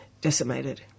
decimated